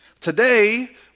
Today